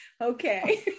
okay